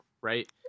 right